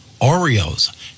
Oreos